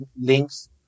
links